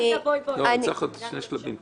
אני מצטרף לדעתה של חברתי.